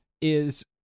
is-